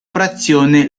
frazione